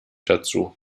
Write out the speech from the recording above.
dazu